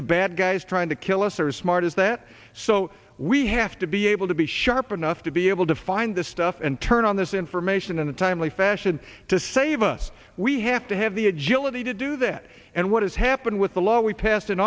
the bad guys trying to kill us are as smart as that so we have to be able to be sharp enough to be able to find this stuff and turn on this information in a timely fashion to save us we have to have the agility to do that and what has happened with the law we passed in